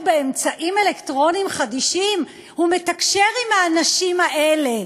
באמצעים אלקטרוניים חדישים הוא מתקשר עם "האנשים האלה".